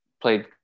played